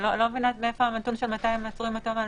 אני לא מבינה מאיפה הנתון של 200 עצורים עד תום ההליכים.